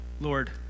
Lord